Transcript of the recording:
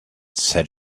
set